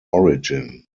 origin